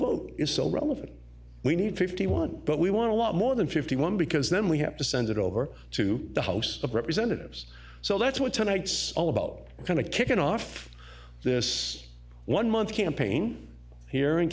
vote is so relevant we need fifty one but we want to lot more than fifty one because then we have to send it over to the house of representatives so that's what tonight's all about kind of kicking off this one month campaign here in